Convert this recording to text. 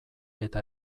eta